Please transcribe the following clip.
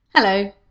Hello